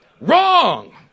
Wrong